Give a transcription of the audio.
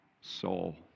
soul